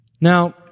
Now